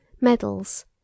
medals